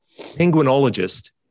penguinologist